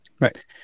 Right